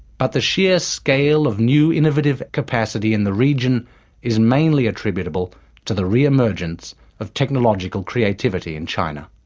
but the sheer scale of new innovative capacity in the region is mainly attributable to the re-emergence of technological creativity in china.